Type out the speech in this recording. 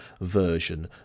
version